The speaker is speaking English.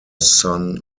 son